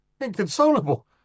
inconsolable